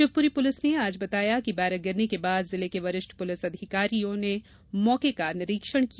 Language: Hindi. शिवपुरी पुलिस ने आज बताया कि बैरक गिरने के बाद जिले के वरिष्ठ पुलिस अधिकारियों ने मौके स्थल का निरीक्षण किया